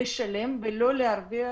לשלם להם, גם בלי להרוויח